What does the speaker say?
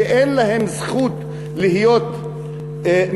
שאין להם זכות להיות מבוטחים,